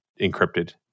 encrypted